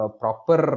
proper